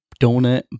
donut